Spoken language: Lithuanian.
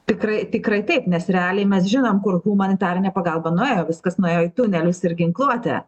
tikrai tikrai taip nes realiai mes žinom kur humanitarinė pagalba nuėjo viskas nuėjo į tunelius ir ginkluotę